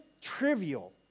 trivial